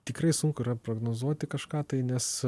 tikrai sunku yra prognozuoti kažką tai nes